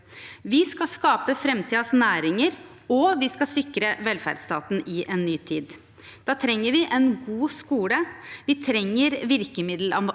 Vi skal skape framtidens næringer, og vi skal sikre velferdsstaten i en ny tid. Da trenger vi en god skole, vi trenger virkemiddelapparatet